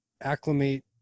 acclimate